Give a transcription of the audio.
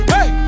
Hey